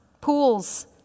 pools